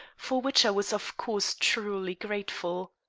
for which i was of course truly grateful.